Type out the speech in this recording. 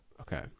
okay